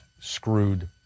screwed